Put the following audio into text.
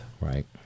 Right